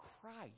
Christ